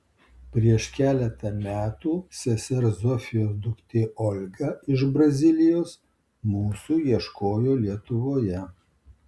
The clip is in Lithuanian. prieš keletą metų sesers zofijos duktė olga iš brazilijos mūsų ieškojo lietuvoje